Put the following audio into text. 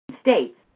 states